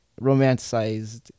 romanticized